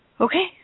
Okay